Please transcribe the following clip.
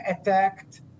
attacked